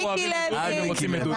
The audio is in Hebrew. אנחנו אוהבים את דודי ורוצים את דודי.